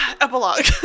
Epilogue